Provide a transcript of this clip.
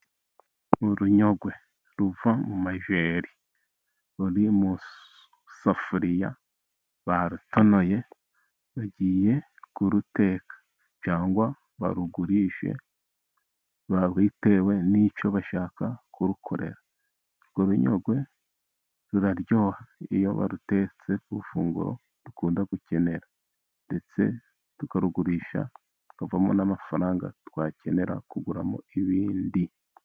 Urunyogwe ruva mu majeri ruri mu safuriya barutonoye bagiye kuruteka cyangwa barugurishe bitewe n'icyo bashaka kurukorera, urwo runyogwe ruraryoha iyo barutetse ku ifunguro dukunda gukenera, ndetse tukarugurisha tukavamo n'amafaranga twakenera kuguramo ibindi.